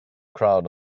crowd